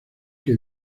que